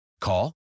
Call